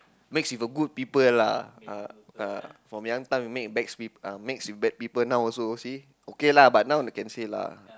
mix with the good people lah uh uh from young time mix with bad people now also see okay lah but now can say lah